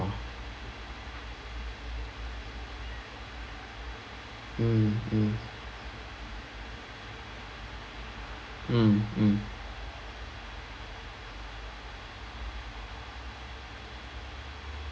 oh mm mm mm mm